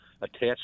attached